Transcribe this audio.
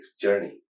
journey